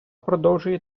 продовжує